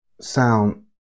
sound